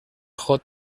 hot